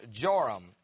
Joram